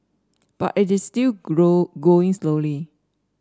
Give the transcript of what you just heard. but it is still grow going slowly